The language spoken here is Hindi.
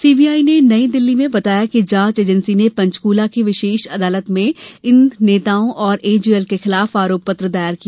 सीबीआई ने नयी दिल्ली में बताया कि जांच एजेंसी ने पंचकूला की विशेष अदालत में इन नेताओं और एजेएल के खिलाफ आरोप पत्र दायर किया